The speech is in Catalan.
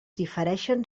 difereixen